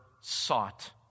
sought